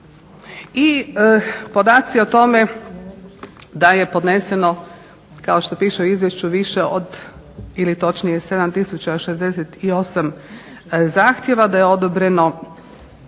I podaci o tome da je podneseno kao što piše u izvješću više od ili točnije 7068 zahtjeva, da je odobreno